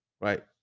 right